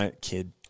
kid